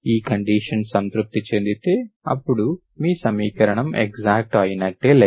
ఈ కండిషన్ సంతృప్తి చెందితే అప్పుడు మీ సమీకరణం ఎక్సాక్ట్ అయినట్టే లెక్క